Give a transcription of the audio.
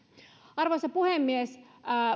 arvoisa puhemies